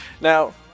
Now